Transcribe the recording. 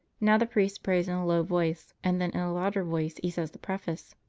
now the priest prays in a low voice and then in a louder voice he says the preface